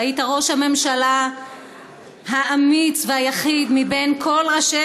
שהיית ראש הממשלה האמיץ והיחיד מבין כל ראשי